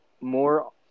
more